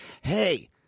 hey